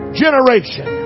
generation